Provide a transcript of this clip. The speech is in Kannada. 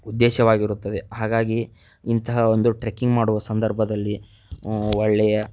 ಉದ್ದೇಶವಾಗಿರುತ್ತದೆ ಹಾಗಾಗಿ ಇಂತಹ ಒಂದು ಟ್ರೆಕ್ಕಿಂಗ್ ಮಾಡುವ ಸಂದರ್ಭದಲ್ಲಿ ಒಳ್ಳೆಯ